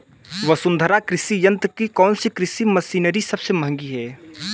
वसुंधरा कृषि यंत्र की कौनसी कृषि मशीनरी सबसे महंगी है?